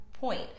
point